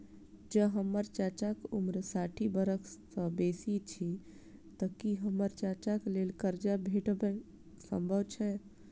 जँ हम्मर चाचाक उम्र साठि बरख सँ बेसी अछि तऽ की हम्मर चाचाक लेल करजा भेटब संभव छै?